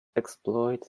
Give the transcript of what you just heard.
exploit